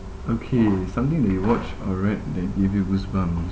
okay something that you watch or read that give you goosebumps